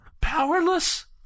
Powerless